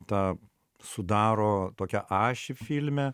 tą sudaro tokią ašį filme